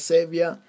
Savior